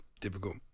Difficult